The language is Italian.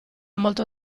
molto